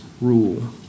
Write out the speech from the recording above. rule